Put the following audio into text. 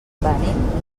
venim